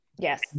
Yes